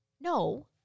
No